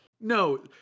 No